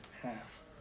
half